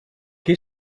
que